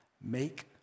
make